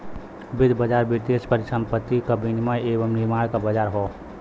वित्तीय बाज़ार वित्तीय परिसंपत्ति क विनियम एवं निर्माण क बाज़ार हौ